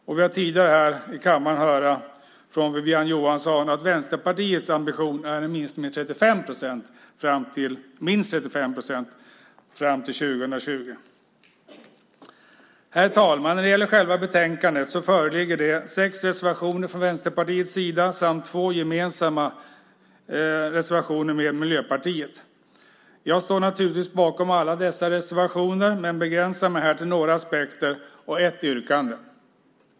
Och vi har tidigare här i kammaren fått höra från Wiwi-Anne Johansson att Vänsterpartiets ambition är en minskning med minst 35 procent fram till 2020. Herr talman! När det gäller själva betänkandet föreligger det sex reservationer från Vänsterpartiets sida samt två reservationer som vi har gemensamt med Miljöpartiet. Jag står naturligtvis bakom alla dessa reservationer men begränsar mig här till några aspekter och ett yrkande.